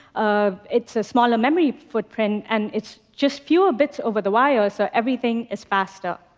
um it's a smaller memory footprint. and it's just fewer bits over the wire, so everything is faster.